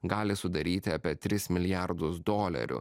gali sudaryti apie tris milijardus dolerių